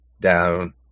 down